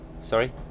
Sorry